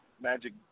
magic